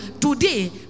today